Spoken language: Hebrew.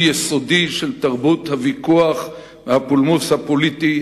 יסודי של תרבות הוויכוח והפולמוס הפוליטי